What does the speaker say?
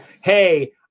hey